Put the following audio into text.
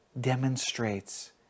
demonstrates